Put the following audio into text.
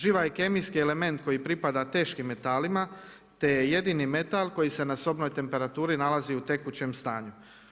Živa je kemijski element koji pripada teškim metalima te je jedini metal koji se na sobnoj temperaturi nalazi u tekućem stanju.